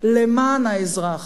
למען האזרח,